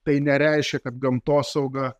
tai nereiškia kad gamtosauga